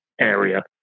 area